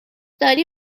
داری